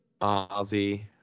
Ozzy